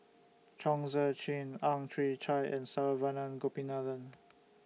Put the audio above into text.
Chong Tze Chien Ang Chwee Chai and Saravanan Gopinathan